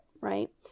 right